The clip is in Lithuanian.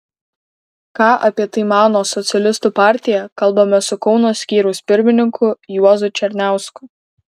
ką apie tai mano socialistų partija kalbamės su kauno skyriaus pirmininku juozu černiausku